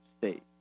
state